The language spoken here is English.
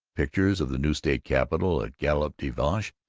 pictures of the new state capitol, at galop de vache,